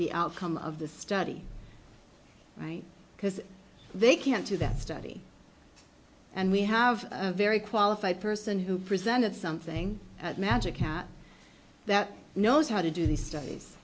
the outcome of the study right because they can't do that study and we have a very qualified person who presented something magic that knows how to do these studies